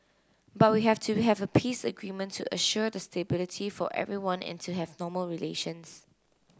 but we have to have a peace agreement to assure the stability for everyone and to have normal relations